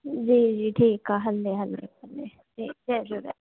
जी जी ठीक आहे हले हले हले जी जय झूलेलाल